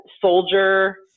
soldier